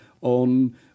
on